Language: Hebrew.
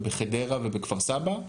בחדרה ובכפר סבא,